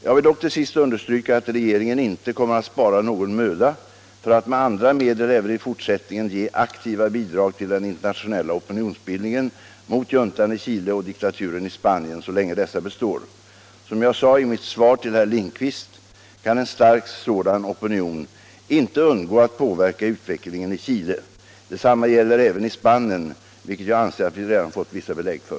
Jag vill dock till sist understryka att regeringen inte kommer att spara någon möda för att med andra medel även i fortsättningen ge aktiva bidrag till den internationella opinionsbildningen mot juntan i Chile och diktaturen i Spanien, så länge dessa består. Som jag sade i mitt svar till herr Lindkvist kan en stark sådan opinion inte undgå att påverka utvecklingen i Chile. Detsamma gäller även i Spanien, vilket jag anser att vi redan fått vissa belägg för.